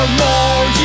more